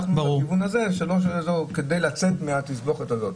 הלכנו בכיוון הזה כדי לצאת מהתסבוכת הזאת.